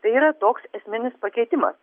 tai yra toks esminis pakeitimas